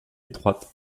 étroite